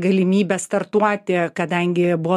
galimybę startuoti kadangi buvo